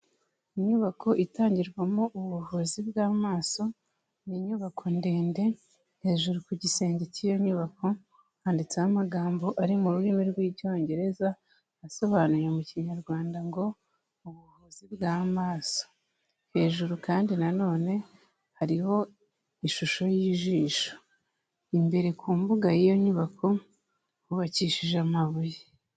Inyubako itangirwamo ubuvuzi bw'amaso, ni inyubako ndende, hejuru ku gisenge cy'iyo nyubako, handitseho amagambo ari mu rurimi rw'icyongereza, asobanuye mu kinyarwanda ngo "ubuvuzi bw'amaso". Hejuru kandi nanone, hariho ishusho y'ijisho. Imbere ku mbuga y'iyo nyubako, hubakishije amabuye.